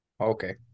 okay